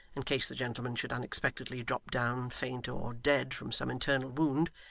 in case the gentleman should unexpectedly drop down faint or dead from some internal wound,